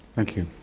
thank you.